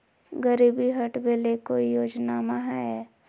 गरीबी हटबे ले कोई योजनामा हय?